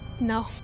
No